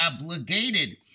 obligated